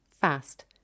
fast